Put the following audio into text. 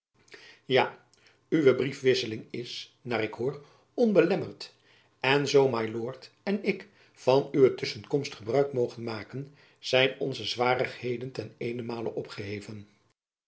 ja uwe briefwisseling is naar ik hoor onbelemmerd en zoo my lord en ik van uwe tusschenkomst gebruik mogen maken zijn onze zwarigheden ten eenenmale opgeheven